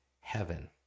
heaven